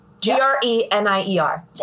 G-R-E-N-I-E-R